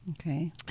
okay